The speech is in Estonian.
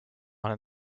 olen